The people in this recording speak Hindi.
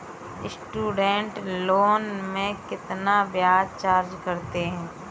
स्टूडेंट लोन में कितना ब्याज चार्ज करते हैं?